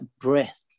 breath